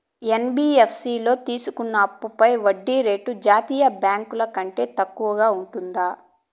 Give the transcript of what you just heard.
NBFC లో తీసుకున్న అప్పుపై వడ్డీ రేటు జాతీయ బ్యాంకు ల కంటే తక్కువ ఉంటుందా?